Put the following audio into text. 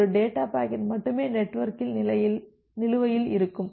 எனவே ஒரு data packet மட்டுமே நெட்வொர்க்கில் நிலுவையில் இருக்கும்